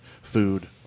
food